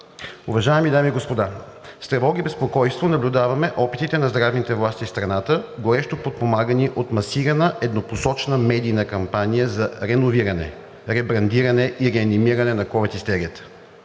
Уважаеми дами и господа, с тревога и безпокойство наблюдаваме опитите на здравните власти в страната, горещо подпомагани от масирана еднопосочна медийна кампания за реновиране, ребрандиране и реанимиране на ковид истерията.